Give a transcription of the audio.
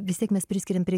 vis tiek mes priskiriam prie